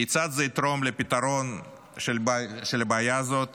כיצד זה יתרום לפתרון של הבעיה הזאת